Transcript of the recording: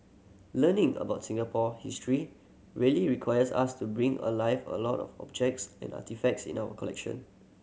learning about Singapore history really requires us to bring alive a lot of objects and artefacts in our collection